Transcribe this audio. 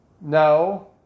No